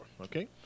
okay